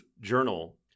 journal